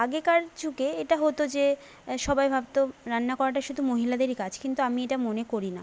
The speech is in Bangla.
আগেকার যুগে এটা হতো যে সবাই ভাবতো রান্না করাটা শুধু মহিলাদেরই কাজ কিন্তু আমি এটা মনে করি না